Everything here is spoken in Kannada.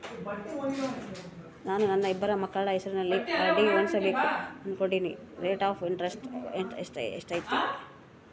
ನಾನು ನನ್ನ ಇಬ್ಬರು ಮಕ್ಕಳ ಹೆಸರಲ್ಲಿ ಆರ್.ಡಿ ಮಾಡಿಸಬೇಕು ಅನುಕೊಂಡಿನಿ ರೇಟ್ ಆಫ್ ಇಂಟರೆಸ್ಟ್ ಎಷ್ಟೈತಿ?